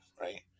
right